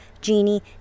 genie